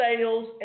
Sales